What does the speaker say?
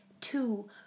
two